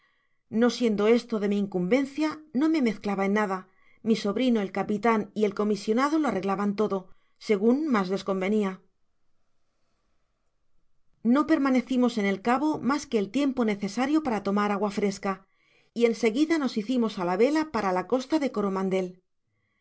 no siendo esto de mi incumbencia no me mezclaba en nada mi sobrino el capitan y el comisionado lo arreglabau todo segua mas les convenia no permanecimos en el cabo mas que el tiempo necesario para tomar agua frasca y en seguida nos hicimos á la vela para la costa de coromandel